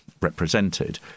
represented